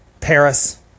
Paris